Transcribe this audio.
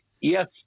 Yes